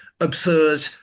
Absurd